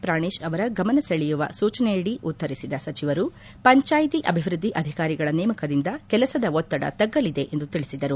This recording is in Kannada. ಪ್ರಾಣೇಶ್ ಅವರ ಗಮನ ಸೆಳೆಯುವ ಸೂಚನೆಯಡಿ ಉತ್ತರಿಸಿದ ಸಚಿವರು ಪಂಚಾಯಿತಿ ಅಭಿವೃದ್ಧಿ ಅಧಿಕಾರಿಗಳ ನೇಮಕದಿಂದ ಕೆಲಸದ ಒತ್ತಡ ತಗ್ಗಲಿದೆ ಎಂದು ತಿಳಿಸಿದರು